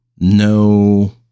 no